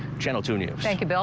channel two news. thank you, bill,